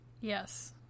Yes